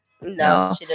No